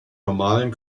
normalen